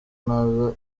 naza